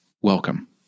Welcome